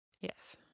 Yes